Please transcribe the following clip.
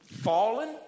Fallen